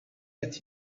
that